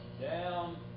down